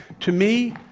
to me,